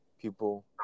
people